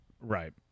right